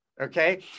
okay